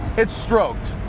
its stroked.